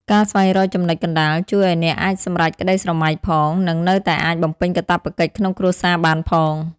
ការស្វែងរក "ចំណុចកណ្តាល" ជួយឱ្យអ្នកអាចសម្រេចក្តីស្រមៃផង និងនៅតែអាចបំពេញកាតព្វកិច្ចក្នុងគ្រួសារបានផង។